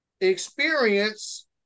experience